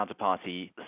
counterparty